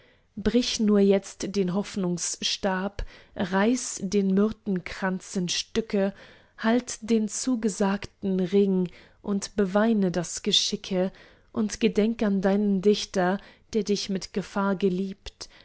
brich nur jetzt den hoffnungsstab reiß den myrtenkranz in stücke halt den zugesagten ring und beweine das geschicke und gedenk an deinen dichter der dich mit gefahr geliebt